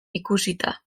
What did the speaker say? ikusita